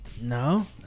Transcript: no